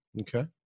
okay